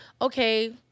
okay